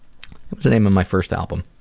the name of my first album.